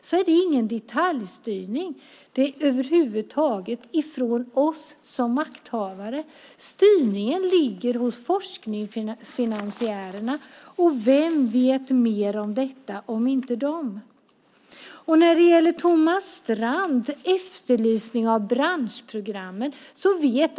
Det är över huvud taget ingen detaljstyrning från oss som makthavare. Styrningen ligger hos forskningsfinansiärerna. Vem vet mer om detta än de? Thomas Strand efterlyser branschprogrammen.